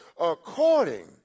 According